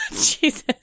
Jesus